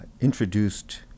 introduced